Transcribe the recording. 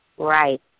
Right